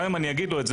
גם אם אגיד לו את זה,